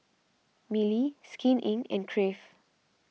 Mili Skin Inc and Crave